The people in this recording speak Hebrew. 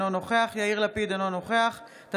אינו נוכח יאיר לפיד,